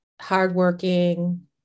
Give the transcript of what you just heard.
hardworking